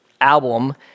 album